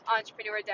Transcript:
Entrepreneur